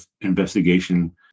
investigation